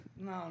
No